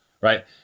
right